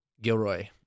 gilroy